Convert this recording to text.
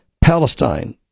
Palestine